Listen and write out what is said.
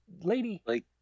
Lady